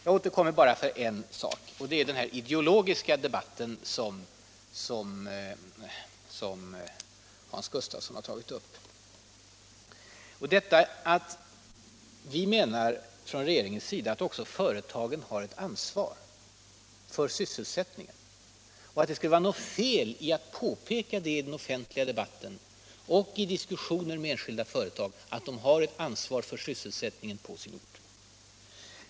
Jag återkommer sedan bara till en sak: den ideologiska debatt som Hans Gustafsson tagit upp. Från regeringens sida anser vi att också företagen har ett ansvar för sysselsättningen. Det kan inte vara något fel att i den offentliga debatten och i diskussioner med enskilda företag påpeka att de har ett ansvar för sysselsättningen på sin ort.